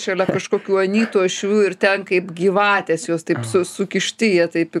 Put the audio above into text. šalia kažkokių anytų uošvių ir ten kaip gyvatės jos taip su sukišti jie taip į